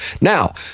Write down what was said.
Now